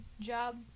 job